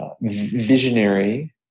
visionary